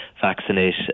Vaccinate